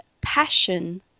passion